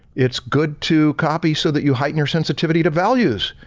it's good to copy so that you heighten your sensitivity to values,